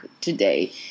today